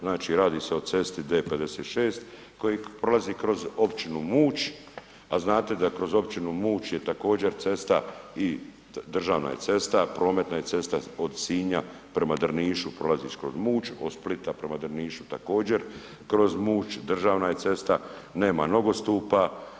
Znači radi se o cesti D56 koja prolazi kroz općinu Muć a znate da kroz općinu Muć je također cesta i državna je cesta, prometna je cesta od Sinja prema Drnišu prolaziš kroz Muć, od Splita prema Drnišu također kroz Muć, državna je cesta, nema nogostupa.